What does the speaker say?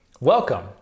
Welcome